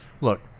Look